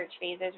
phases